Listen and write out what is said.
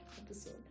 episode